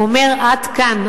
הוא אומר: עד כאן.